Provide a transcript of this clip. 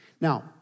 Now